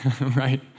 right